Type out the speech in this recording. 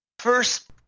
First